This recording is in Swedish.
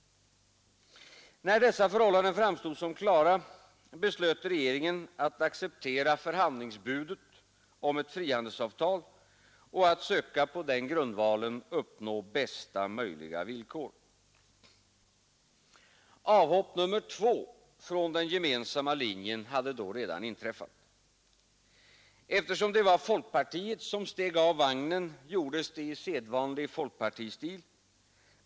När dessa förhållanden framstod såsom klara, beslöt regeringen att acceptera förhandlingsbudet om ett frihandelsavtal och att söka på den grundvalen uppnå bästa möjliga villkor. Avhopp nummer två från den gemensamma linjen hade då redan inträffat. Eftersom det var folkpartiet som steg av vagnen, gjordes det i sedvanlig folkpartistil.